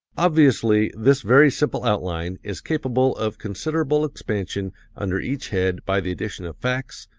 obviously, this very simple outline is capable of considerable expansion under each head by the addition of facts,